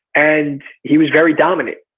and he was very dominant,